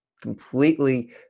completely